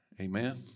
amen